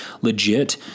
legit